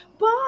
Bye